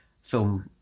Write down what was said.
film